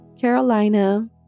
Carolina